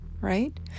right